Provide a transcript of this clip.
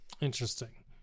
interesting